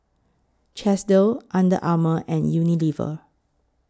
Chesdale Under Armour and Unilever